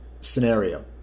Scenario